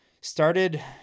started